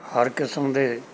ਹਰ ਕਿਸਮ ਦੇ